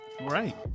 Right